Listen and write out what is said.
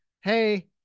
Hey